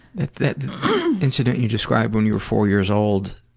that incident you described when you were four years old,